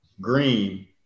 green